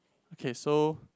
okay so